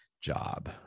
job